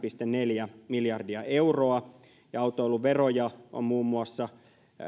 pilkku neljä miljardia euroa autoilun veroja ovat muun muassa